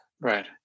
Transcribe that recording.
Right